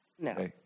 No